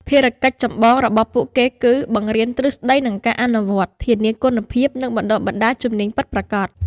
ភារកិច្ចចម្បងរបស់ពួកគេគឺ បង្រៀនទ្រឹស្ដីនិងការអនុវត្តន៍ ធានាគុណភាព និងបណ្តុះបណ្តាលជំនាញពិតប្រាកដ។